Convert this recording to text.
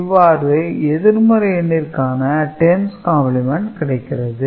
இவ்வாறு எதிர்மறை எண்ணிற்கான 10's கம்பிளிமெண்ட் கிடைகிறது